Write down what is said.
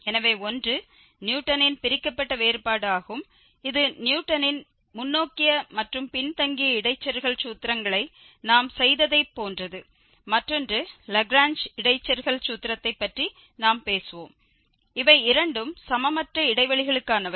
எனவே ஒன்று நியூட்டனின் பிரிக்கப்பட்ட வேறுபாடு ஆகும் இது நியூட்டனின் முன்னோக்கிய மற்றும் பின்தங்கிய இடைச்செருகல் சூத்திரங்களை நாம் செய்ததைப் போன்றது மற்றொன்று லாக்ரேஞ்ச் இடைச்செருகல் சூத்திரத்தைப் பற்றி நாம் பேசுவோம் இவை இரண்டும் சமமற்ற இடைவெளிகளுக்கானவை